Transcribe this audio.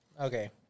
Okay